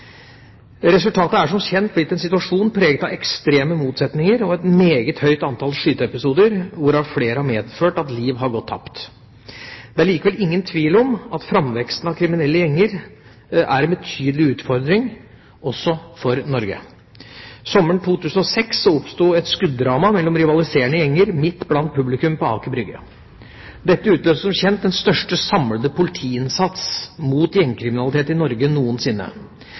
Resultatet er som kjent blitt en situasjon preget av ekstreme motsetninger og et meget høyt antall skyteepisoder, hvorav flere har medført at liv har gått tapt. Det er likevel ingen tvil om at framveksten av kriminelle gjenger er en betydelig utfordring også for Norge. Sommeren 2006 oppsto et skuddrama mellom rivaliserende gjenger midt blant publikum på Aker Brygge. Dette utløste som kjent den største samlede politiinnsats mot gjengkriminalitet i Norge noensinne,